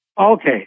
Okay